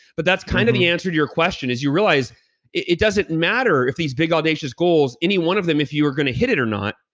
but that's kind of the answer to your question is you realize it doesn't matter if these big audacious goals, any one of them, if you are going to hit it or not,